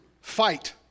fight